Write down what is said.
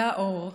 אלה אור,